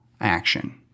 action